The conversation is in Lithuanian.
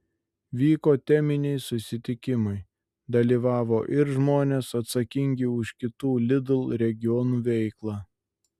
vyko teminiai susitikimai dalyvavo ir žmonės atsakingi už kitų lidl regionų veiklą